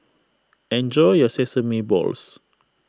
enjoy your Sesame Balls